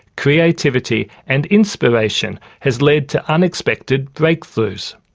creativity and inspiration has led to unexpected breakthroughs.